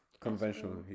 conventional